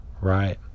Right